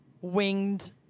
winged